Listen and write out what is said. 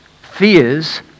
fears